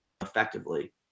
effectively